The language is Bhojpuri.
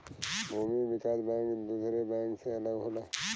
भूमि विकास बैंक दुसरे बैंक से अलग होला